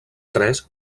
tres